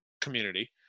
community